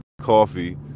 coffee